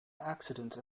accident